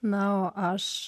na o aš